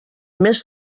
mes